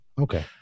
Okay